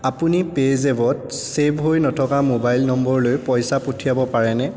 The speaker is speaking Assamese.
আপুনি পেইজেবত চে'ভ হৈ নথকা ম'বাইল নম্বৰলৈ পইচা পঠিয়াব পাৰেনে